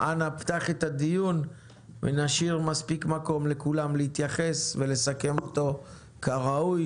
אנא פתח את הדיון ונשאיר מספיק מקום לכולם להתייחס ולסכם אותו כראוי.